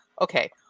Okay